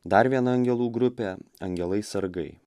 dar viena angelų grupė angelai sargai